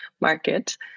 market